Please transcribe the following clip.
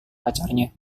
pacarnya